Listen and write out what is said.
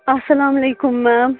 اسلامُ علیکُم میم